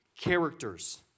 characters